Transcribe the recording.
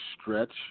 stretch